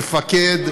מפקד,